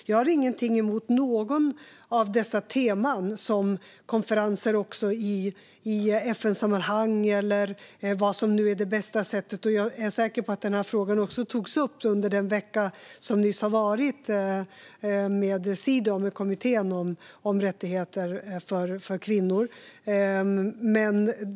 Jag har ingenting emot något av dessa teman - konferenser i FN-sammanhang eller vad som nu är det bästa sättet. Jag är säker på att denna fråga också togs upp under den vecka som nyss har varit i samband med kommittén Cedaw, som arbetar för kvinnors rättigheter.